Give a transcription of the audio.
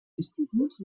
instituts